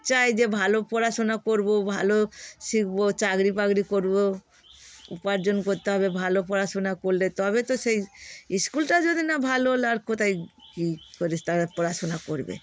চায় যে ভালো পড়াশোনা করব ভালো শিখব চাকরি পাগরি করব উপার্জন করতে হবে ভালো পড়াশোনা করলে তবে তো সেই স্কুলটা যদি না ভালো হলো আর কোথায় কী করে তারা পড়াশোনা করবে